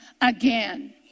again